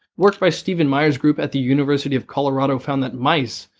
work by steven maier's group at the university of colorado found that mice,